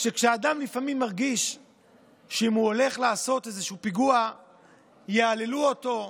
שכשאדם מרגיש לפעמים שאם הוא הולך לעשות איזשהו פיגוע יהללו אותו,